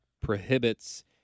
prohibits